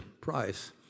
price